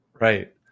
right